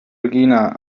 regina